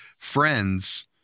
friends